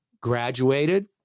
graduated